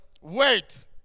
wait